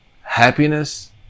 happiness